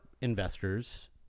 investors